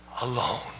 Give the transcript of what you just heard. alone